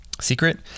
secret